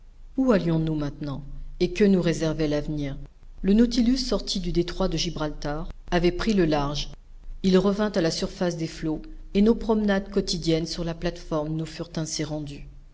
où allions nous maintenant et que nous réservait l'avenir le nautilus sorti du détroit de gibraltar avait pris le large il revint à la surface des flots et nos promenades quotidiennes sur la plate-forme nous furent ainsi rendues